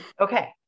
Okay